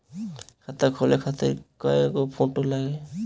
खाता खोले खातिर कय गो फोटो लागी?